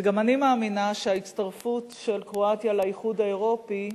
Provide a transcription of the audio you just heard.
וגם אני מאמינה שההצטרפות של קרואטיה לאיחוד האירופי,